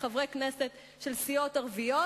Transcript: חברי כנסת של סיעות ערביות,